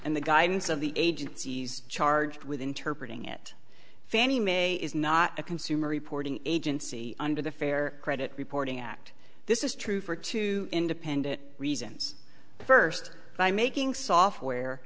and the guidance of the agencies charged with interpret ing it fannie mae is not a consumer reporting agency under the fair credit reporting act this is true for two independent reasons first by making software